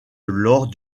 lors